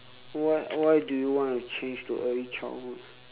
why why do you want to change to early childhood